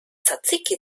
tsatsiki